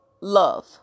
love